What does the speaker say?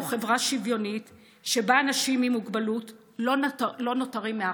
מגיעה לנו חברה שוויונית שבה אנשים עם מוגבלות לא נותרים מאחור.